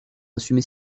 assumer